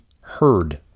heard